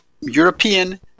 European